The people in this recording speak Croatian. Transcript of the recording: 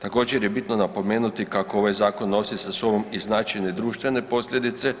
Također je bitno napomenuti kako ovaj zakon nosi sa sobom i značajne društvene posljedice